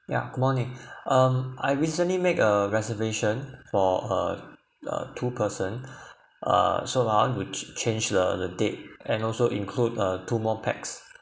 yeah good morning um I recently make a reservation for a a two person uh so I want to change the date and also include uh two more pax